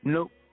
Nope